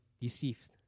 deceived